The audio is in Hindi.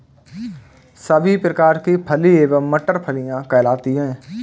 सभी प्रकार की फली एवं मटर फलियां कहलाती हैं